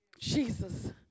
Jesus